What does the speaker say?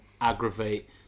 aggravate